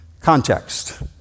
Context